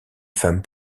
femme